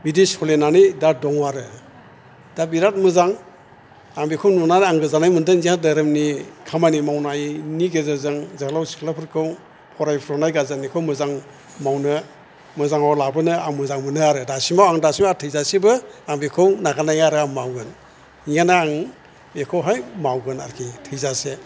बिदि सलिनानै दा दङ आरो दा बिराथ मोजां आं बिखौ नुनानै आं गोजोननाय मोन्दों जे धोरोमनि खामानि मावनायनि गेजेरजों जोहोलाव सिख्लाफोरखौ फरायफुनाय गाज्रिनिखौ मोजां मावनो मोजाङाव लाबोनो आं मोजां मोनो आरो दासिमाव आं दासिमाव आरो थैजासेबो आं बिखौ नागारनाया आरो आं मावगोन इयाना आं बिखौहाय मावगोन आरिखि थैजासे